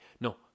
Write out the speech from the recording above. No